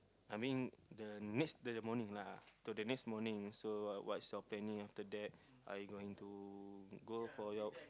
I mean the next the morning lah to the next morning so what's your planning after that are you going to go for your